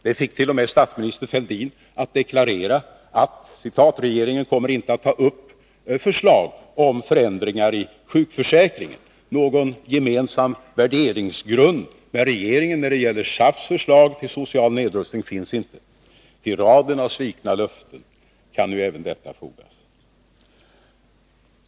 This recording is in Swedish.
Det fick t.o.m. statsminister Fälldin att deklarera att ”regeringen kommer inte att ta upp förslag om förändringar i sjukförsäkringen. Någon gemensam värderingsgrund med regeringen när det gäller SAF:s förslag till social nedrustning finns inte”. — Till raden av svikna löften kan nu även detta fogas.